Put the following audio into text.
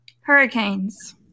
Hurricanes